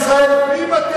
מי מטה את המים?